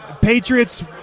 Patriots